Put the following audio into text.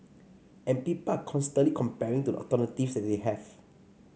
and people are constantly comparing to the alternatives that they have